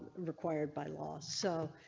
required by law. so